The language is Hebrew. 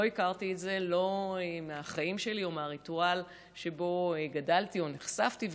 לא הכרתי את זה לא מהחיים שלי או מהריטואל שבו גדלתי או נחשפתי אליו,